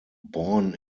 born